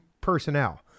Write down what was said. personnel